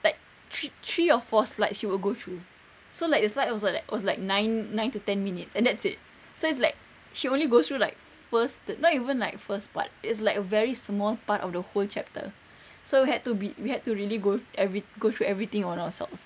like three three or four slides she would go through so like the slides was like was like nine nine to ten minutes and that's it so it's like she only goes through like first not even like first part it's like very small part of the whole chapter so had to be we had to really go every go through everything on ourselves